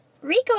Rico